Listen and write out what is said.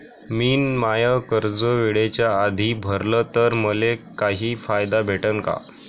मिन माय कर्ज वेळेच्या आधी भरल तर मले काही फायदा भेटन का?